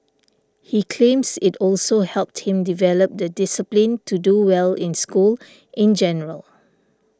he claims it also helped him develop the discipline to do well in school in general